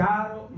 Caro